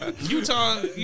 Utah